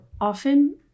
often